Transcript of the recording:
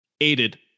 aided